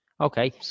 Okay